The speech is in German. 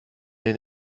den